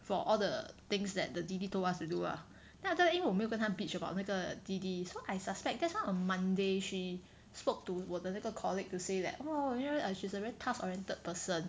for all the things that the D_D told us to do ah then after that 因为我没跟他 bitch about 那个 D_D so I suspect that's why on Monday she spoke to 我的那个 colleague to say that oh ya she's a very task oriented person